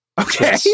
Okay